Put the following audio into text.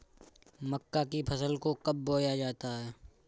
मक्का की फसल को कब बोया जाता है?